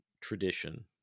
tradition